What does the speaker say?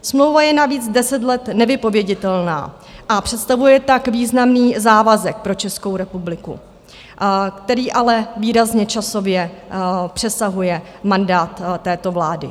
Smlouva je navíc 10 let nevypověditelná a představuje tak významný závazek pro Českou republiku, který ale výrazně časově přesahuje mandát této vlády.